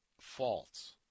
false